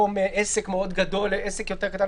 עסק מאוד גדול לעסק יותר קטן,